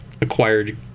acquired